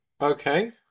Okay